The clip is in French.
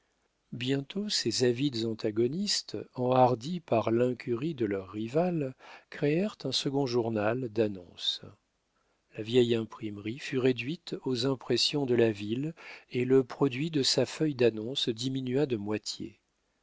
bientôt ces avides antagonistes enhardis par l'incurie de leur rival créèrent un second journal d'annonces la vieille imprimerie fut réduite aux impressions de la ville et le produit de sa feuille d'annonces diminua de moitié